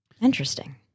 interesting